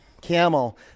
Camel